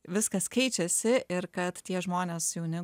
viskas keičiasi ir kad tie žmonės jauni